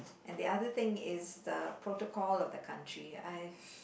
and the other thing is the protocol of the country I